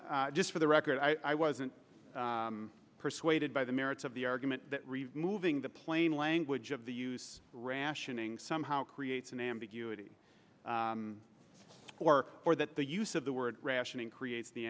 just for the record i wasn't persuaded by the merits of the argument that removing the plain language of the use rationing somehow creates an ambiguity or for that the use of the word rationing creates the